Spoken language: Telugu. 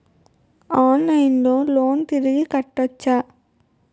ఆన్లైన్లో లోన్ తిరిగి కట్టోచ్చా?